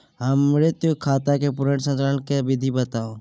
हमर मृत खाता के पुनर संचालन के विधी बताउ?